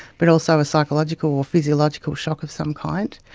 but also a psychological or physiological shock of some kind,